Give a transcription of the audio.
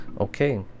okay